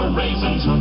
raisins